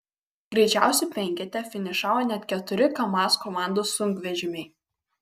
greičiausių penkete finišavo net keturi kamaz komandos sunkvežimiai